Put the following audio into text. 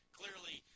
clearly